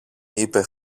είπε